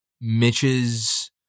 Mitch's